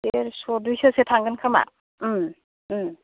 देरस' दुइस'सो थांगोन खोमा ओं